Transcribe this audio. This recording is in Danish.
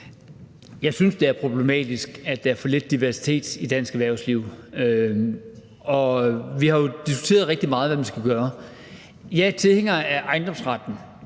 Jeg synes, det er problematisk, at der er for lidt diversitet i dansk erhvervsliv, og vi har jo diskuteret rigtig meget, hvad man skal gøre. Jeg er tilhænger af ejendomsretten,